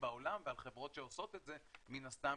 בעולם ועל חברות שעושות את זה מן הסתם,